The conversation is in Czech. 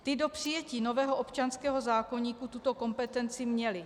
Ty do přijetí nového občanského zákoníku tuto kompetenci měly.